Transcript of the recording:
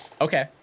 Okay